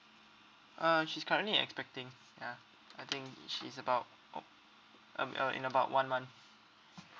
uh she's currently expecting ya I think she's about oh um uh in about one month